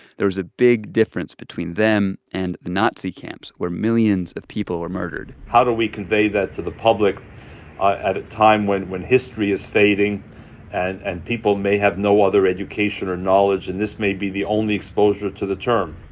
there was a big difference between them and nazi camps, where millions of people were murdered how do we convey that to the public at a time when when history is fading and and people may have no other education or knowledge and this may be the only exposure to the term?